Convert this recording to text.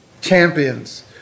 champions